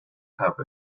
have